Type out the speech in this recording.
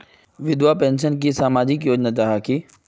विधवा पेंशन की सामाजिक योजना जाहा की?